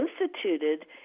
instituted